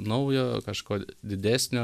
naujo kažko didesnio